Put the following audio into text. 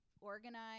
organize